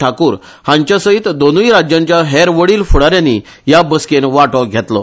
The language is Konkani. ठाकुर हांचेसयत दोनुय राज्यांचे हेर वडिल फुडाऱ्यानी ह्या बसकेंत वांटो घेतलो